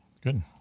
Good